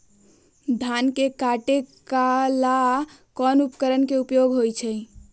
धान के काटे का ला कोंन उपकरण के उपयोग होइ छइ?